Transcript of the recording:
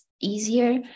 easier